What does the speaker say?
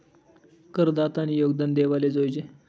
करदातानी योगदान देवाले जोयजे